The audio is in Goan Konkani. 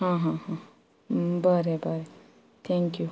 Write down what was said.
हां हां बरें बरें थँक्यू